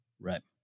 Right